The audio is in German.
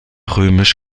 römisch